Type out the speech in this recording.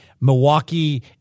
Milwaukee